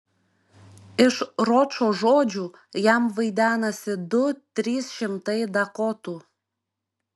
iš ročo žodžių jam vaidenasi du trys šimtai dakotų